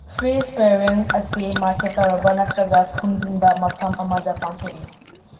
free ꯏꯁꯄꯦꯌꯥꯔꯤꯡ ꯑꯁꯤ market ꯇꯧꯔꯕ ꯅꯠꯇ꯭ꯔꯒ ꯈꯨꯝꯖꯤꯟꯕ ꯃꯐꯝ ꯑꯃꯗ ꯄꯥꯡꯊꯣꯛꯏ